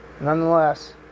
Nonetheless